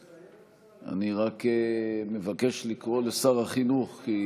אני רק מבקש לקרוא לשר החינוך, כי